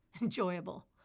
enjoyable